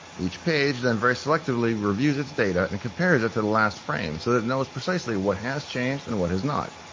each page then very selectively reviews that data and compares it to the last frame so that it knows precisely what has changed and what has not.